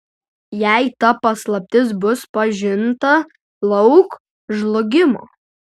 jei ta paslaptis bus pažinta lauk žlugimo